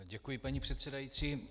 Děkuji, paní předsedající.